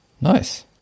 Nice